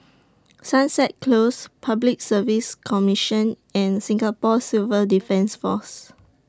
Sunset Close Public Service Commission and Singapore Civil Defence Force